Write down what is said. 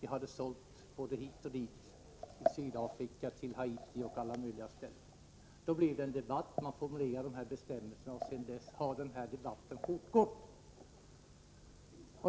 Vi hade sålt både hit och dit — till Sydafrika, Haiti och alla möjliga ställen. Men då blev det en debatt. Man formulerade de här bestämmelserna, och sedan dess har debatten fortgått.